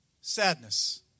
sadness